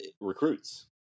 recruits